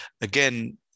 again